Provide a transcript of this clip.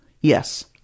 Yes